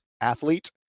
athlete